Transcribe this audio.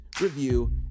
review